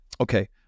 Okay